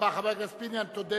תודה